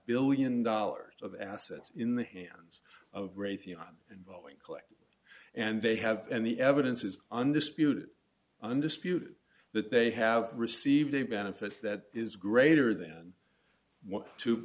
billion dollars of assets in the hands of great and boeing collect and they have and the evidence is undisputed undisputed that they have received a benefit that is greater than two